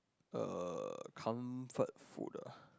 uh comfort food ah